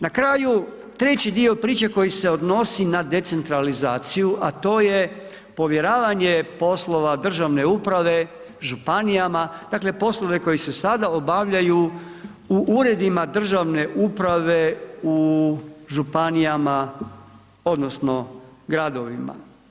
Na kraju, treći dio priče koji se odnosi na decentralizaciju a to je povjeravanje poslova državne uprave županijama, dakle poslove koji se sada obavljaju u Uredima državne uprave u županijama odnosno gradovima.